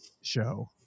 show